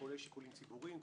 כולל שיקולים ציבוריים.